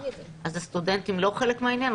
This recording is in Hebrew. אז הסטודנטים לא חלק מהעניין?